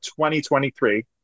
2023